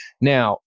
now